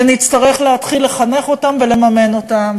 ונצטרך להתחיל לחנך אותם ולממן אותם.